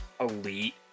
elite